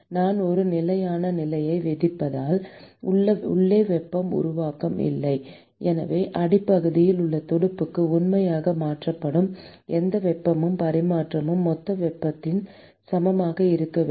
நான் ஒரு நிலையான நிலையை விதிப்பதால் உள்ளே வெப்பம் உருவாக்கம் இல்லை எனவே அடிப்பகுதியில் உள்ள துடுப்புக்கு உண்மையில் மாற்றப்படும் எந்த வெப்பமும் பரிமாற்றப்படும் மொத்த வெப்பத்திற்கு சமமாக இருக்க வேண்டும்